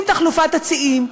עם תחלופת הצירים,